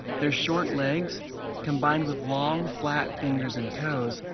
their short legs combined with long flat fingers and toes,